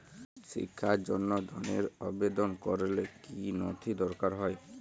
শিক্ষার জন্য ধনের আবেদন করলে কী নথি দরকার হয়?